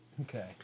Okay